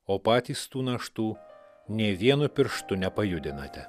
o patys tų naštų nė vienu pirštu nepajudinate